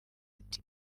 ati